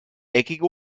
eckige